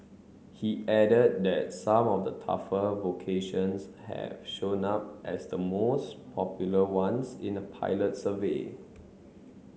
he added that some of the tougher vocations have shown up as the most popular ones in a pilot survey